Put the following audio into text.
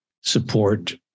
support